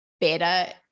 better